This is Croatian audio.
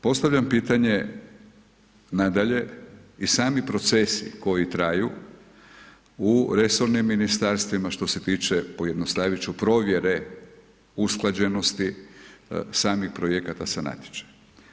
Postavljam pitanje nadalje, i sami procesi koji traju u resornim Ministarstvima što se tiče, pojednostavit ću provjere usklađenosti samih projekata sa natječajem.